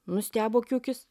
nustebo kiukius